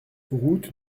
route